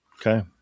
Okay